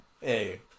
Hey